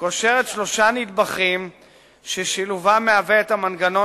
קושרת שלושה נדבכים ששילובם מהווה את המנגנון